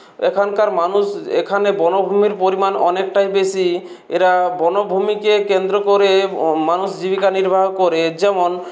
এখানকার মানুষ এখানে বনভূমির পরিমাণ অনেকটাই বেশি এরা বনভূমিকে কেন্দ্র করে মানুষ জীবিকা নির্বাহ করে যেমন